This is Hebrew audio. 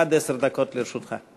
עד עשר דקות לרשותך.